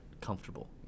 comfortable